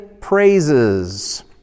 praises